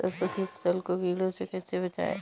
सरसों की फसल को कीड़ों से कैसे बचाएँ?